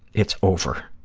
it's over.